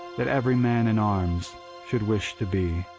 that every man in arms should wish to be.